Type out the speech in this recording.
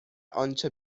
آنچه